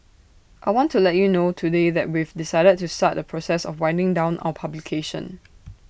I want to let you know today that we've decided to start the process of winding down our publication